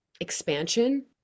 expansion